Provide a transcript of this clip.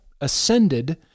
ascended